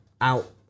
out